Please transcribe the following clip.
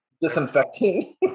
disinfecting